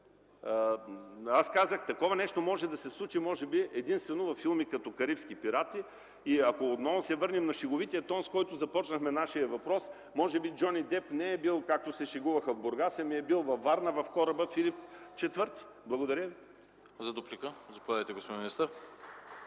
аз казах, че такова нещо може да се случи може би единствено във филм като „Карибски пирати”, и ако отново се върнем на шеговития тон, с който започнахме нашия въпрос, може би Джони Деп не е бил, както се шегуваха, в Бургас, ами е бил във Варна в кораба „Филип ІV”. Благодаря ви. (Единични ръкопляскания от